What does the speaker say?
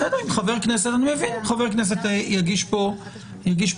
אני מבין אם חבר כנסת יגיש פה הסתייגות.